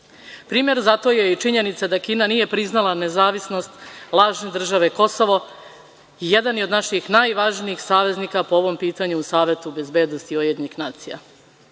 Primer za to je i činjenica da Kina nije priznala nezavisnost lažne države Kosovo i jedan je od naših najvažnijih saveznika po ovom pitanju u Savetu bezbednosti UN.Takođe,